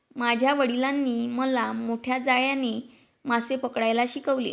माझ्या वडिलांनी मला मोठ्या जाळ्याने मासे पकडायला शिकवले